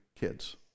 kids